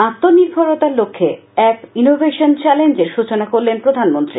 আত্মনির্ভরতার লক্ষে app innovation চ্যালেঞ্জের সূচনা করলেন প্রধানমন্ত্রী